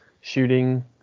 shooting